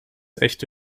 echte